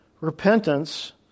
Repentance